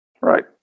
Right